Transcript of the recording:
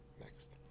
Next